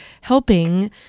helping